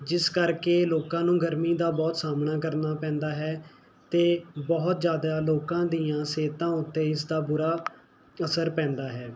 ਜਿਸ ਕਰਕੇ ਲੋਕਾਂ ਨੂੰ ਗਰਮੀ ਦਾ ਬਹੁਤ ਸਾਹਮਣਾ ਕਰਨਾ ਪੈਂਦਾ ਹੈ ਅਤੇ ਬਹੁਤ ਜਿਆਦਾ ਲੋਕਾਂ ਦੀਆਂ ਸਿਹਤਾਂ ਉੱਤੇ ਇਸਦਾ ਬੁਰਾ ਅਸਰ ਪੈਂਦਾ ਹੈ